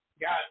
got